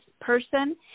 person